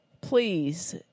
please